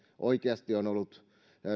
oikeasti on ollut